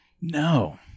No